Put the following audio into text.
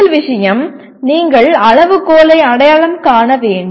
முதல் விஷயம் நீங்கள் ஒரு அளவுகோலை அடையாளம் காண வேண்டும்